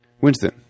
Winston